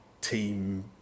team